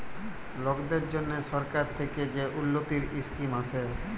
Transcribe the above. লকদের জ্যনহে সরকার থ্যাকে যে উল্ল্যতির ইসকিম আসে